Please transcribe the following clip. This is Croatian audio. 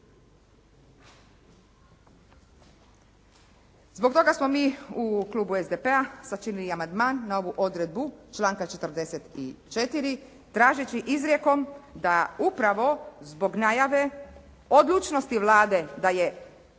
Zbog toga smo mi u klubu SDP-a sačinili i amandman na ovu odredbu članka 44. tražeći izrijekom da upravo zbog najave odlučnosti Vlade da je